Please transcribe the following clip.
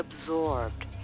absorbed